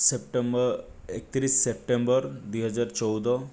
September ଏକତିରିଶ September ଦୁଇ ହଜାର ଚଉଦ